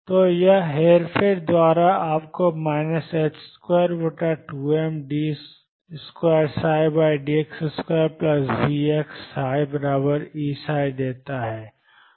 तो यह हेरफेर द्वारा आपको 22md2dx2VψEψ देता है